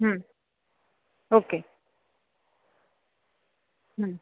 okay